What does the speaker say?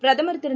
பிரதமர் திரு